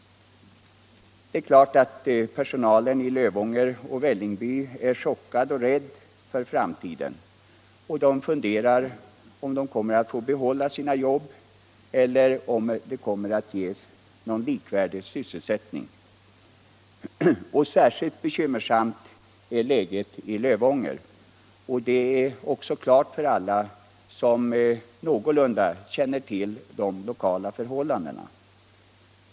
Personalen i Lövånger och Vällingby är naturligtvis chockad och rädd för framtiden. De anställda där funderar på om de kommer att få behålla sina jobb eller få någon likvärdig sysselsättning. Särskilt bekymmersamt är läget i Lövånger, det står klart för alla som någorlunda känner till de lokala förhållandena.